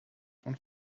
von